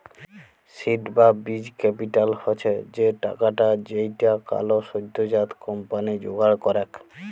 seed বা বীজ capital হচ্ছ সে টাকাটা যেইটা কোলো সদ্যজাত কম্পানি জোগাড় করেক